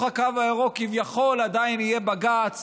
עדיין בתוך הקו הירוק כביכול עדיין יהיה בג"ץ,